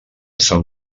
són